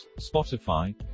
Spotify